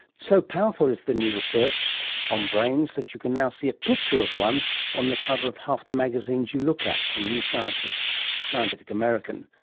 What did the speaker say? so powerful is the new research on brains that you can now see a picture of one on the cover of half the magazines you look at, from new scientist to scientific american.